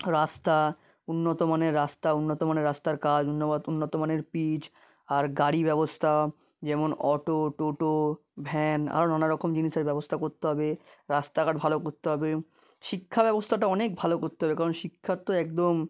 রাস্তা উন্নত মানের রাস্তা উন্নত মানের রাস্তার কাজ উন্নত মানের পিচ আর গাড়ি ব্যবস্থা যেমন অটো টোটো ভ্যান আরও নানা রকম জিনিসের ব্যবস্থা করতে হবে রাস্তাঘাট ভালো করতে হবে শিক্ষা ব্যবস্থাটা অনেক ভালো করতে হবে কারণ শিক্ষার তো একদম